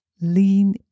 Lean